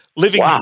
Living